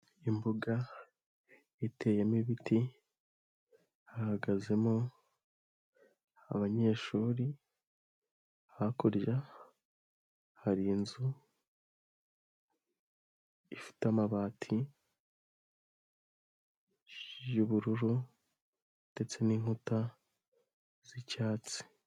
Imbuga iteyemo ibiti hahagazemo abanyeshuri, hakurya hari inzu ifite amabati y'ubururu ndetse n'inkuta z'icyatsi.